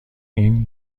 این